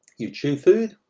you chew food.